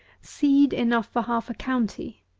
seed enough for half a county.